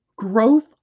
Growth